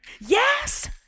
Yes